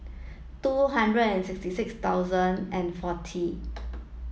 two hundred and sixty six thousand and forty